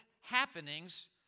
happenings